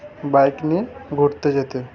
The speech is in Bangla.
বাইক নিয়ে ঘুরতে যেতে